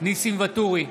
ניסים ואטורי,